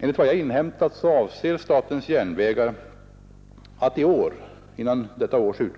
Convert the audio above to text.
Enligt vad jag inhämtat avser SJ att före detta års slut